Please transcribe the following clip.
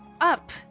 up